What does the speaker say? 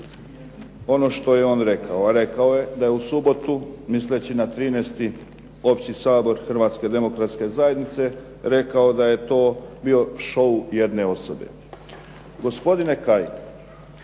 ono što je on rekao. A rekao je da u subotu, misleći na 13. Opći sabor Hrvatske demokratske zajednice, rekao da je to bio showu jedne osobe.